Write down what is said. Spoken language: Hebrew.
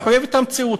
היא מחויבת המציאות,